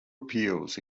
appeals